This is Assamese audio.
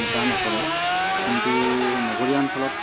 মেটাৰ নকৰে কিন্তু নগৰীয়া অঞ্চলত